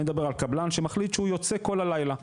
אני מדבר על קבלן שמחליט שהוא יוצק כל הלילה,